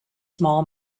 small